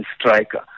striker